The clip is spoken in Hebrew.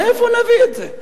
מאיפה נביא את זה?